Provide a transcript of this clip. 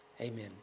Amen